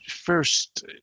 first